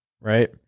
Right